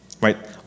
right